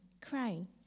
crying